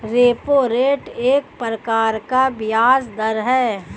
repo rate एक प्रकार का ब्याज़ दर है